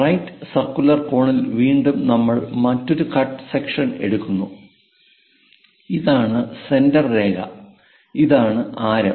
right circular cone ൽ വീണ്ടും നമ്മൾ മറ്റൊരു കട്ട് സെക്ഷൻ എടുക്കുന്നു ഇതാണ് സെന്റർരേഖ ഇതാണ് ആരം